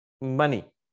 money